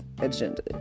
agenda